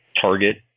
target